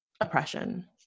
oppression